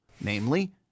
namely